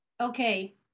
Okay